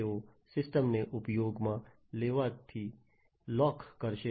તેઓ સિસ્ટમ ને ઉપયોગમાં લેવાથી લૉક કરશે